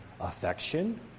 affection